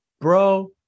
Bro